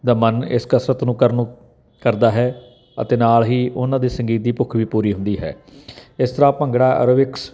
ਦਾ ਮਨ ਇਸ ਕਸਰਤ ਨੂੰ ਕਰਨ ਨੂੰ ਕਰਦਾ ਹੈ ਅਤੇ ਨਾਲ ਹੀ ਉਹਨਾਂ ਦੇ ਸੰਗੀਤ ਦੀ ਭੁੱਖ ਵੀ ਪੂਰੀ ਹੁੰਦੀ ਹੈ ਇਸ ਤਰ੍ਹਾਂ ਭੰਗੜਾ ਐਰੋਬਿਕਸ